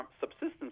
subsistence